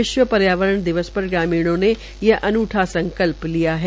विश्व पर्यावरण दिवस पर ग्रामीणों ने यह अनूठा संकल्प लिया है